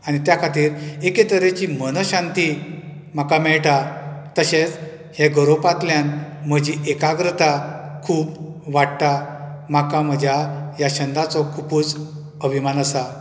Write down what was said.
आनी त्या खातीर एके तरेची मनशांती म्हाका मेळटा तशेंच हे गरोवपांतल्यान म्हजी एकाग्रता खूब वाडटा म्हाका म्हज्या ह्या छंदाचो खुबूच अभिमान आसा